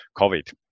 COVID